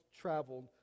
traveled